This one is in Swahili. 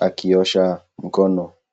akiosha mkono.